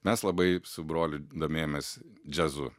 mes labai su broliu domėjomės džiazu